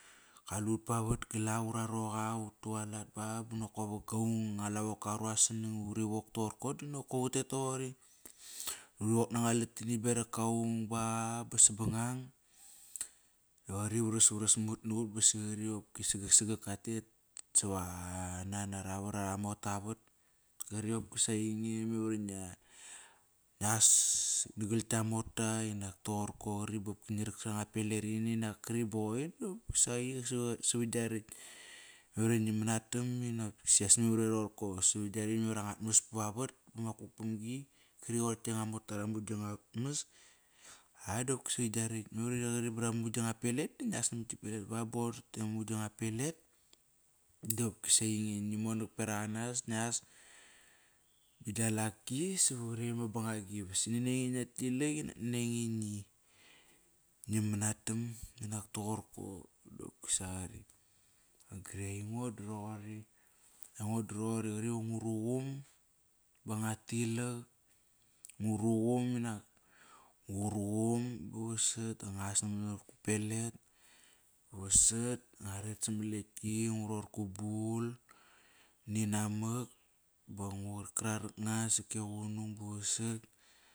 Kalut pavot gal ak ura roqa utualat ba, ba nakop anga lavoka qaru asnang uri wok toqorka dinokop utet toqori, Uri wok nanga latini berakaung ba, ba sabangbang, da qari varasvaras mat na ut baso qori sagak, sagak ka tet sava ara vat ara mota aravat Qari qopsa ainge memar ingia ngias nagal gia mota inak toqorko qari bop ngi rak sranga pelerini nak kri ba qoir do savat ngia rekt. Memar iva ngi manatam inak saqias i roqorko savat ngia rekt memar angat mas vavat pama kukpamgi qari qoir, qoir gia nga mota ramu gia ngat mas. Mara qari ba ramu giang nga pelet da ngias namat gi pelet ba, ba qoir tamu gia nga pelet dopsa einge ngi monak berak anas, ngias ba gia laki savar ekt ama bangagi. Bosi nani ange va ngia tilak inak nani ange ngi manatam inak toqorko. Aingo da roqori. Aingo da roqori qari va nguruqum ba nguat tilak, nguruqum inak nguruqum ba vasat da ngu as namat gu pelet vasat, ngua ret samat lekti, ngu ror gu bul ninamak ba ngu rak, rak nga seke qunung ba vasat.